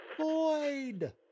Void